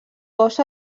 cos